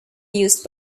used